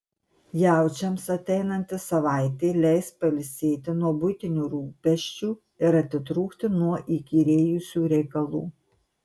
jaučiams ateinanti savaitė leis pailsėti nuo buitinių rūpesčių ir atitrūkti nuo įkyrėjusių reikalų